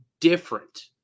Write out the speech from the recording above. Different